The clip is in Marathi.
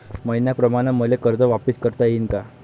मईन्याप्रमाणं मले कर्ज वापिस करता येईन का?